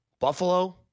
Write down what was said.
Buffalo